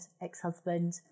ex-husband